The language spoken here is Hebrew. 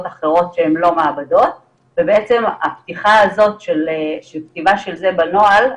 אחרות שהן לא מעבדות ובעצם הפתיחה הזאת של כתיבה של זה בנוהל,